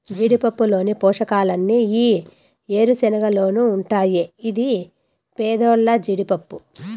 జీడిపప్పులోని పోషకాలన్నీ ఈ ఏరుశనగలోనూ ఉంటాయి ఇది పేదోల్ల జీడిపప్పు